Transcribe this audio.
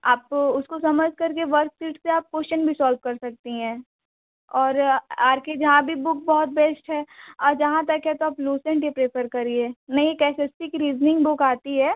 आप उसको समझ कर के वर्कसीट पर आप क्वेशन भी सॉल्व कर सकती हैं और आर के झा भी बुक बहुत बेस्ट है और जहाँ तक है तो आप लुसेंट ही प्रेफर करए नहीं एक एस एस सी की रिजनिंग बुक आती है